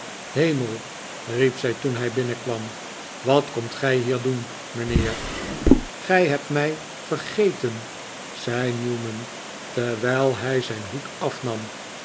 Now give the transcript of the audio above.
hemel riep zij toen hij binnenkwam wat komt gij hier doen mijnheer gij hebt mij vergeten zei newman terwijl hij zijn hoed afnam